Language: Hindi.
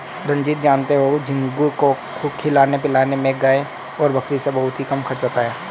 रंजीत जानते हो झींगुर को खिलाने पिलाने में गाय और बकरी से बहुत ही कम खर्च होता है